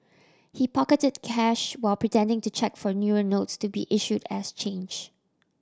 he pocketed cash while pretending to check for newer notes to be issued as change